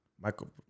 Michael